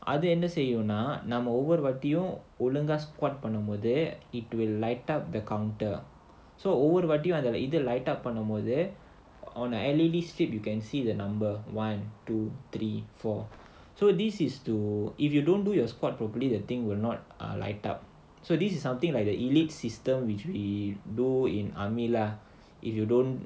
அது என்ன செய்யும்னா நாம ஒவ்வொரு வாட்டியும் ஒழுங்கா:adhu enna seyyumnaa namma ovvoruvaattiyum olunga thing will not are light up so this is something like the elite system which we do in army lah if you don't